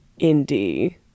indie